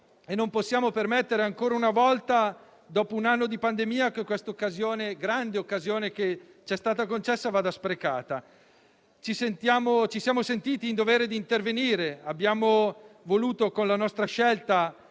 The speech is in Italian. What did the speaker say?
e non possiamo permettere, ancora una volta, dopo un anno di pandemia, che questa grande occasione che ci è stata concessa vada sprecata. Ci siamo sentiti in dovere di intervenire: abbiamo voluto, con la nostra